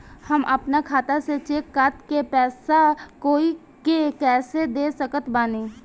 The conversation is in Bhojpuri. हम अपना खाता से चेक काट के पैसा कोई के कैसे दे सकत बानी?